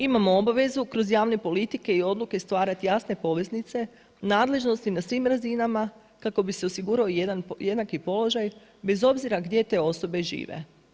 Imamo obavezu kroz javne politike i odluke stvarati jasne poveznice, nadležnosti na svim razinama kako bi se osigurao jednaki položaj bez obzira gdje te osobe žive.